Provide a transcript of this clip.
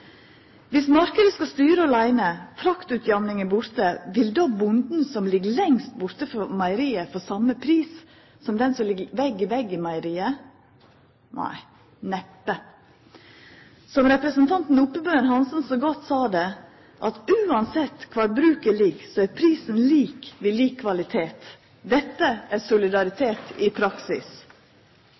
Viss marknaden skal styra åleine og fraktutjamninga er borte, vil då bonden som held til lengst borte frå meieriet, få same pris som den bonden som held til vegg i vegg med meieriet? Nei, neppe. Som representanten Oppebøen Hansen så godt sa det, at same kvar bruket ligg, er prisen lik ved lik kvalitet. Dette er solidaritet i praksis.